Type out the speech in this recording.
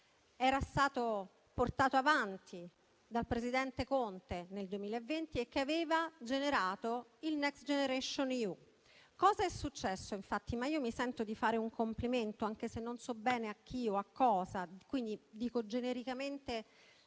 era stata portata avanti dal presidente Conte nel 2020 e che aveva generato il Next generation EU. Cosa è successo? Io mi sento di fare un complimento, anche se non so bene a chi o a cosa, quindi dico genericamente